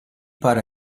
para